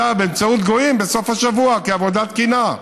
באמצעות גויים בסוף השבוע כעבודה תקינה.